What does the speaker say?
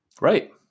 Right